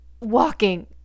walking